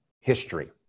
history